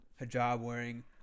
hijab-wearing